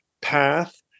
path